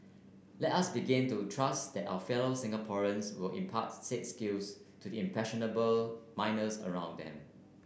let us begin to trust that our fellow Singaporeans will impart said skills to the impressionable minors around them